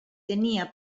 tenia